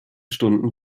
stunden